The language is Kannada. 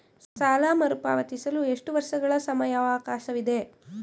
ಸಾಲ ಮರುಪಾವತಿಸಲು ಎಷ್ಟು ವರ್ಷಗಳ ಸಮಯಾವಕಾಶವಿದೆ?